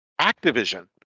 Activision